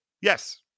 Yes